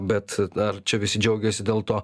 bet ar čia visi džiaugiasi dėl to